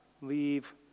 leave